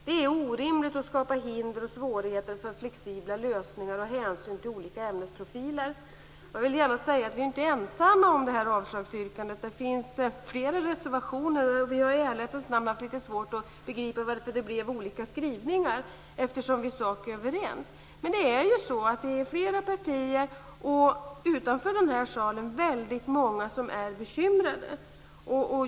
Det är orimligt att skapa hinder och svårigheter för flexibla lösningar av hänsyn till olika ämnesprofiler. Jag vill gärna säga att vi inte är ensamma om detta avslagsyrkande. Det finns flera reservationer. Vi har i ärlighetens namn haft litet svårt att begripa varför det blev olika skrivningar, eftersom vi är överens i sak. Men det är flera partier, och utanför denna sal finns det väldigt många som är bekymrade.